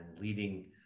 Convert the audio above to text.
leading